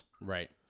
Right